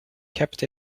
kept